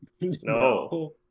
no